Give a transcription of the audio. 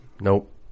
nope